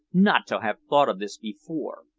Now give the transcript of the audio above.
not to have thought of this before.